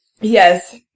Yes